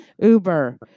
Uber